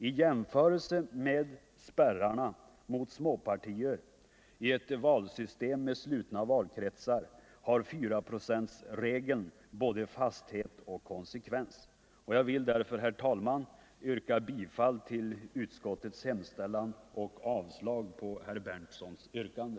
I jämförelse med spärrarna mot små partier i ett valsystem med slutna valkretsar har 4-procentsregeln både fasthet och konsekvens. Herr talman! Jag vill därför yrka bifall till utskottets hemställan och avslag på herr Berndtsons yrkande.